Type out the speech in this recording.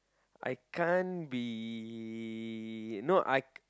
I can't be no I